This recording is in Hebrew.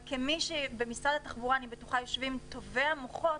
אני בטוחה שבמשרד התחבורה יושבים טובי המוחות,